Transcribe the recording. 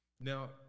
Now